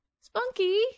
Spunky